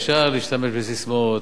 אפשר להשתמש בססמאות,